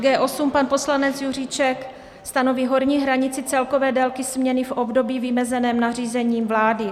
G8, pan poslanec Juříček, stanoví horní hranici celkové délky směny v období vymezeném nařízením vlády.